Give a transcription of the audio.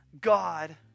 God